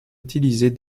utilisée